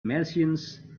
martians